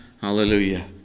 Hallelujah